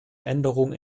änderung